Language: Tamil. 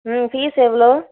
ம் ஃபீஸ் எவ்வளோ